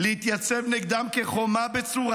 להתייצב נגדם כחומה בצורה